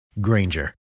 Granger